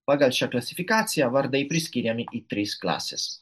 pagal šią klasifikaciją vardai priskiriami į tris klases